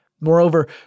Moreover